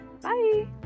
Bye